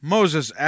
Moses